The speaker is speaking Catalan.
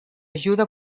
ajuda